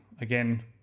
again